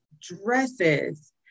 dresses